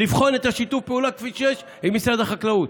לבחון את שיתוף הפעולה, כפי שיש עם משרד החקלאות.